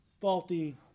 faulty